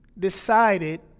decided